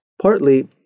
Partly